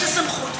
יש הסמכות,